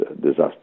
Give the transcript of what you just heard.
disaster